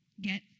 Get